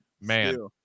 man